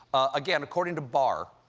again, according to barr,